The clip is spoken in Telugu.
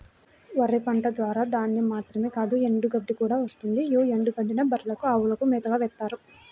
వరి పంట ద్వారా ధాన్యం మాత్రమే కాదు ఎండుగడ్డి కూడా వస్తుంది యీ ఎండుగడ్డినే బర్రెలకు, అవులకు మేతగా వేత్తారు